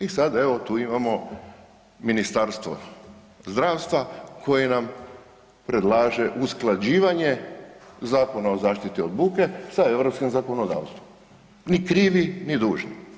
I sad evo tu imamo Ministarstvo zdravstva koje nam predlaže usklađivanje Zakona o zaštiti od buke sa europskim zakonodavstvom, ni krivi ni dužni.